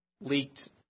leaked